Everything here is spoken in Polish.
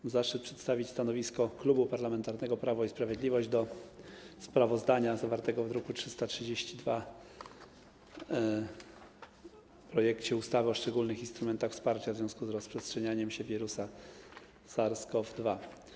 Mam zaszczyt przedstawić stanowisko Klubu Parlamentarnego Prawo i Sprawiedliwość w sprawie sprawozdania zawartego w druku nr 332 o projekcie ustawy o szczególnych instrumentach wsparcia w związku z rozprzestrzenianiem się wirusa SARS-CoV-2.